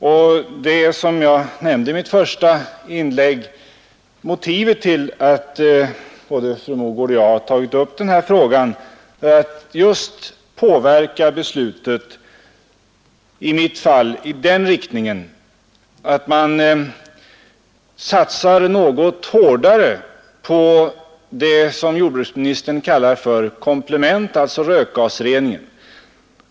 Det är, som jag nämnde i mitt första inlägg, motivet till att både fru Mogård och jag har tagit upp denna fråga. Vi vill påverka beslutet — i mitt fall i den riktningen att man satsar något hårdare på det som jordbruksministern kallar för komplement, alltså rökgasrening.